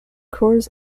cours